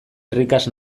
irrikaz